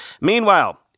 Meanwhile